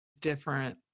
different